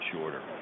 shorter